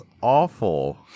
awful